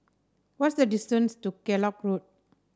what's the distance to Kellock Road